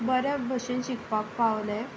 बऱ्या भशेन शिकपाक पावलें